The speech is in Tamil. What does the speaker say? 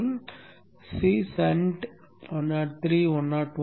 மற்றும் Cshunt 103 101 0